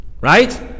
right